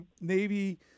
Navy